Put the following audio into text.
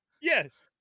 Yes